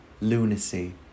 lunacy